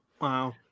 Wow